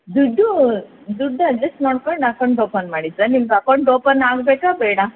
ದುಡ್ಡು ದುಡ್ಡು ಅಜೆಸ್ಟ್ ಮಾಡ್ಕೊಂಡು ಅಕೌಂಟ್ ಓಪನ್ ಮಾಡಿ ಸರ್ ನಿಮ್ಗೆ ಅಕೌಂಟ್ ಓಪನ್ ಆಗ್ಬೇಕಾ ಬೇಡಾ